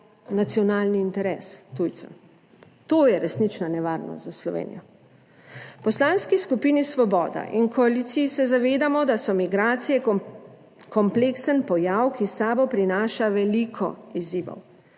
nacionalni interes tujcev. To je resnična nevarnost za Slovenijo. V Poslanski skupini Svoboda in v koaliciji se zavedamo, da so migracije kompleksen pojav, ki s sabo prinaša veliko izzivov.